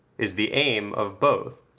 is the aim of both.